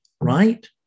Right